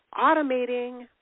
automating